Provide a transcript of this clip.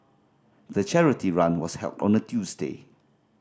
the charity run was held on a Tuesday